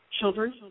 children